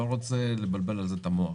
אני לא רוצה לבלבל על זה את המוח.